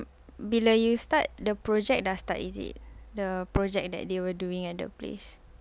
bila you start the project dah start is it the project that they were doing at the place